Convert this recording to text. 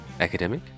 academic